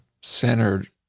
centered